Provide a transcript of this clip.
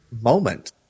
moment